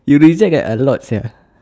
you reject like a lot sia